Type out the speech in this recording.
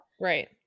Right